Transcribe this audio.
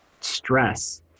stress